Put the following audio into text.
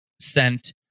sent